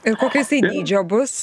ir kokio jisai dydžio bus